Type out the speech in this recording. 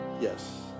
yes